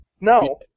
No